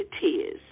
tears